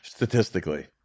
Statistically